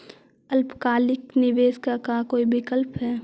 अल्पकालिक निवेश के का कोई विकल्प है?